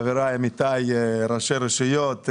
חבריי ועמיתיי ראשי הרשויות,